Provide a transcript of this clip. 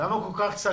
למה כל כך קצת?